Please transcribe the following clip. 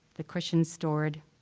the cushions stored,